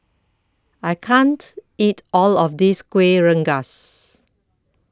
I can't eat All of This Kueh Rengas